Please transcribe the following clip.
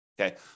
okay